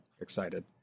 excited